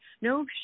no